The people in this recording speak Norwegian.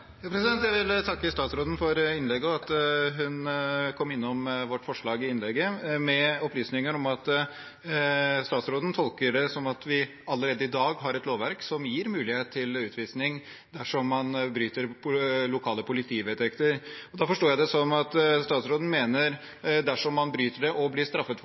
Jeg vil takke statsråden for innlegget og for at hun kom innom vårt forslag i innlegget sitt, med opplysninger om at statsråden tolker det slik at vi allerede i dag har et lovverk som gir mulighet til utvisning dersom man bryter lokale politivedtekter. Da forstår jeg det som at statsråden mener at dersom man bryter disse vedtektene og blir straffet for